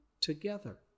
together